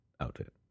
outfit